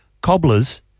cobblers